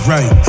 Right